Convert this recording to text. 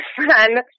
friend